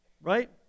right